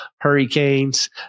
Hurricanes